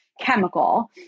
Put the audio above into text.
chemical